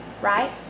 right